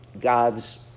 God's